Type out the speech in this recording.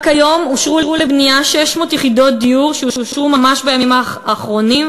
רק היום אושרו לבנייה 600 יחידות דיור שאושרו ממש בימים האחרונים: